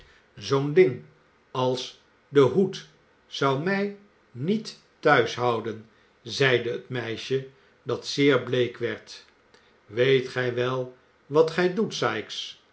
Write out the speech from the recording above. zoo'n ding als de hoed zou mij niet thuis houden zeide het meisje dat zeer bleek werd weet gij wel wat gij doet